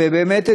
ובאמת,